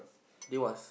there was